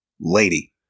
lady